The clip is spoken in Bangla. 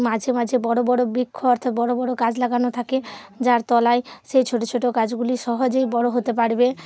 মাঝে মাঝে বড় বড় বৃক্ষ অর্থাৎ বড় বড় গাছ লাগানো থাকে যার তলায় সেই ছোট ছোট গাছগুলি সহজেই বড় হতে পারবে